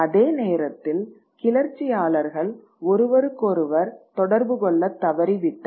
அதே நேரத்தில் கிளர்ச்சியாளர்கள் ஒருவருக்கொருவர் தொடர்பு கொள்ளத் தவறிவிட்டனர்